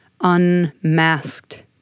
unmasked